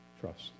Trust